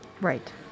Right